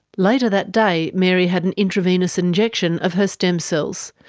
later that day, mary had an intravenous injection of her stem cells.